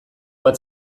bat